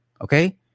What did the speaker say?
Okay